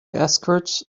escorts